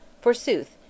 Forsooth